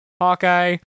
Hawkeye